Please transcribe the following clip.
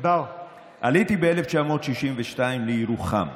עליתי ב-1962 לירוחם.